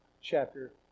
chapter